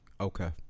Okay